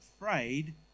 afraid